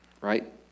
right